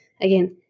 Again